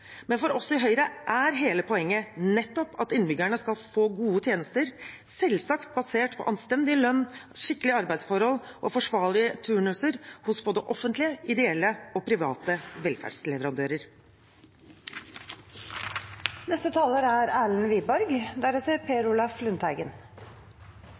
For oss i Høyre er hele poenget nettopp at innbyggerne skal få gode tjenester, selvsagt basert på anstendig lønn, skikkelige arbeidsforhold og forsvarlige turnuser hos både offentlige, ideelle og private